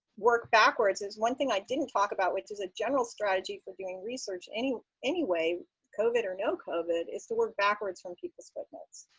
work backwards. one thing i didn't talk about, which is a general strategy for doing research anyway anyway covid or no covid is the word backwards from people's footnotes.